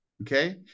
Okay